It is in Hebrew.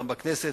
גם בכנסת,